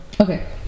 Okay